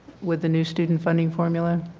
with the new student funding formula?